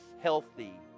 healthy